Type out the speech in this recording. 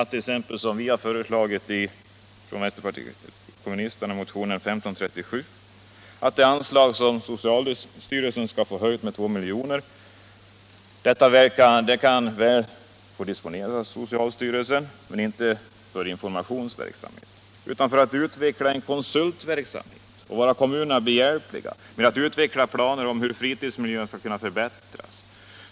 T. ex. har vpk i motion 1537 föreslagit att det anslag till socialstyrelsen som skall ökas med 2 milj.kr. mycket väl kan disponeras av socialstyrelsen, men inte för informationsverksamhet, utan för att utveckla en konsultverksamhet och vara kommunerna behjälpliga med att utveckla planer för hur fritidsmiljöerna skall kunna förbättras.